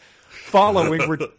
following